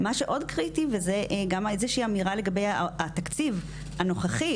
מה שעוד קריטי וזה גם איזושהי אמירה לגבי התקציב הנוכחי